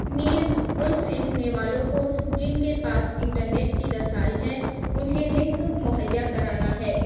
نیز اُن سیکھنے والوں کو جن کے پاس انٹرنیٹ کی رسائی ہے اُنہیں لنک مہیّا کرانا ہے